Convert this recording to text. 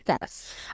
yes